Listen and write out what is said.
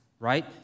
right